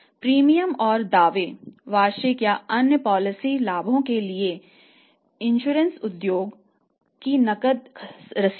premium और दावों वार्षिकी और अन्य पॉलिसी लाभों के लिए एक बीमा उद्यम की नकद रसीदें